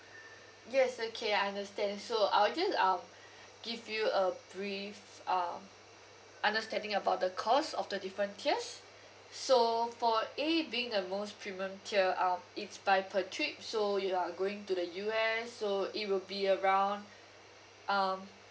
yes okay I understand so I'll just uh give you a brief uh understanding about the cost of the different tiers so for A being the most premium tier um it's by per trip so you are going to the U_S so it will be around um